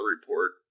report